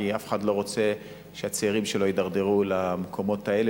כי אף אחד לא רוצה שהצעירים שלו יידרדרו למקומות האלה,